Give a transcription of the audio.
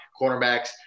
Cornerbacks